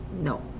No